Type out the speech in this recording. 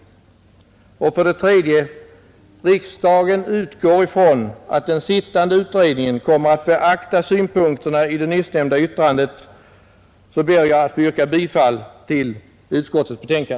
Riksdagen utgår ifrån att proposition i frågan kommer att föreläggas riksdagen under innevarande mandatperiod. Herr talman! Utgående ifrån att den sittande utredningen kommer att beakta synpunkterna i det nyssnämnda yttrandet ber jag att få yrka bifall till utskottets hemställan.